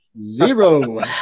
Zero